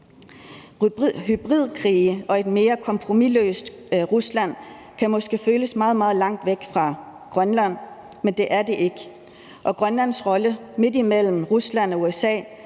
Hybridkrige og et mere kompromisløst Rusland kan måske føles meget, meget langt væk fra Grønland, men det er det ikke. Og Grønlands rolle midt imellem Rusland og USA